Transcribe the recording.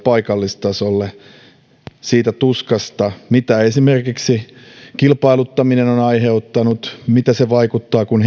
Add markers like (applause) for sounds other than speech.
paikallistasolle siitä tuskasta mitä esimerkiksi kilpailuttaminen on aiheuttanut mitä se vaikuttaa kun (unintelligible)